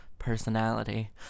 Personality